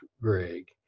Greg